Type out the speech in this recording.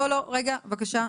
לא, לא, רגע, בבקשה.